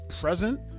present